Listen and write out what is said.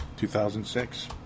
2006